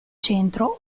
centro